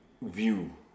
view